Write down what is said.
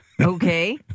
Okay